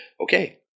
okay